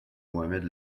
mohamed